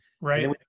Right